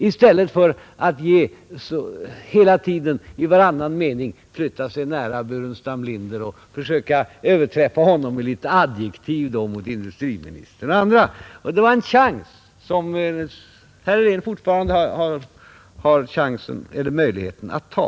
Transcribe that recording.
I stället för att hela tiden i varannan mening flytta sig nära herr Burenstam Linder och försöka överträffa honom med några adjektiv mot industriministern och andra personer. Det var en chans som herr Helén fortfarande har möjlighet att ta.